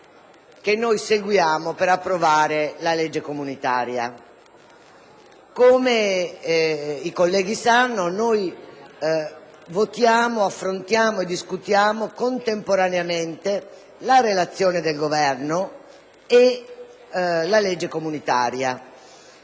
Come i colleghi sanno, noi votiamo, affrontiamo e discutiamo contemporaneamente la relazione del Governo e la legge comunitaria.